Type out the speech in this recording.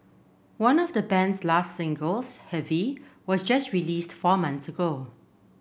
one of the band's last singles heavy was just released four months ago